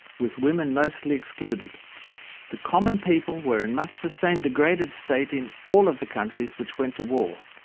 with women mostly excluded the common people were in much the same degraded state in all of the countries which went to war.